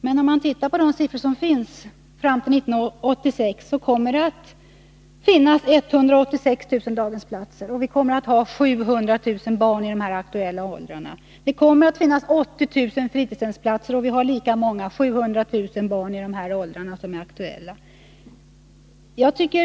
När man tittar på dessa siffror för tiden fram till 1986 finner man att det kommer att finnas 186 000 daghemsplatser, och vi kommer att ha 700 000 barn i de aktuella åldrarna. Det kommer att finnas 80 000 fritidshemsplatser och 700 000 barn i de aktuella åldrarna.